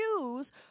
use